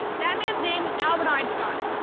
that man's name was albert einstein.